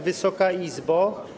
Wysoka Izbo!